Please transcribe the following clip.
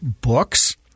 books